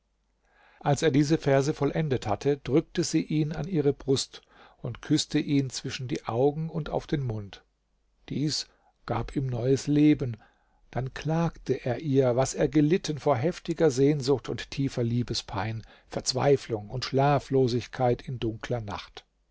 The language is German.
als er diese verse vollendet hatte drückte sie ihn an ihre brust und küßte ihn zwischen die augen und auf den mund dies gab ihm neues leben dann klagte er ihr was er gelitten vor heftiger sehnsucht und tiefer liebespein verzweiflung und schlaflosigkeit in dunkler nacht